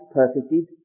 perfected